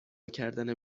کردن